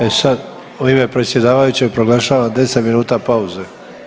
E sad, u ime predsjedavajućeg proglašavam 10 minuta pauze.